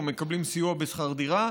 או מקבלים סיוע בשכר דירה.